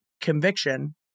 conviction